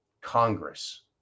Congress